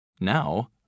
Now